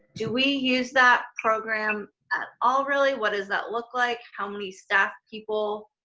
do we use that program at all, really? what does that look like? how many staff people?